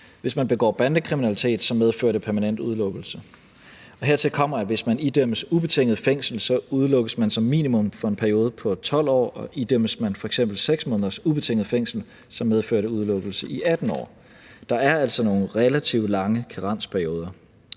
Hvis man begår bandekriminalitet, medfører det permanent udelukkelse. Og hertil kommer, at hvis man idømmes ubetinget fængsel, udelukkes man som minimum for en periode på 12 år, og idømmes man f.eks. 6 måneders ubetinget fængsel, medfører det udelukkelse i 18 år. Der er altså nogle relativt lange karensperioder.